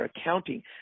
accounting